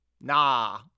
nah